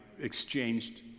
exchanged